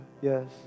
Yes